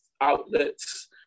outlets